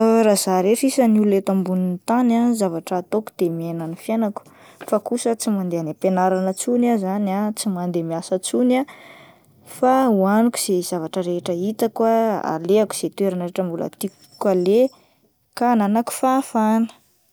Raha zah irery sisa ny olona eto ambon'ny tany ah, ny zavatra ataoko de miaina ny fiainako fa kosa tsy mandeha any ampianarana intsony ah ,tsy mandeha miasa tsony ah fa hoaniko izay zavatra rehetra hitako ah, alehako izay toerana rehetra mbola tiako aleha ka ananako fahafahana.